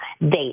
date